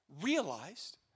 realized